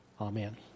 amen